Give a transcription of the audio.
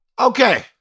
okay